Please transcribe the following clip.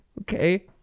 Okay